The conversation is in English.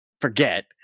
forget